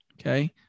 Okay